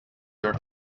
your